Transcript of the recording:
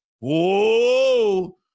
Whoa